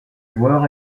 joueur